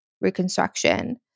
reconstruction